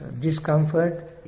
discomfort